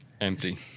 Empty